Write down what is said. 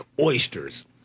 oysters